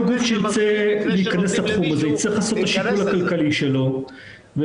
כל גוף שירצה להכנס לתחום הזה יצטרך לעשות את השיקול הכלכלי שלו ולקבל